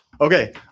Okay